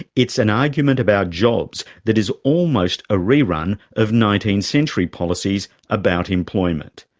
it's an argument about jobs that is almost a rerun of nineteenth century policies about employment.